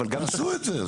תעשו את זה.